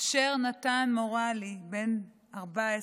אשר נתן מורלי, בן 14,